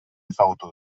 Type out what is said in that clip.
ezagutu